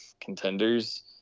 contenders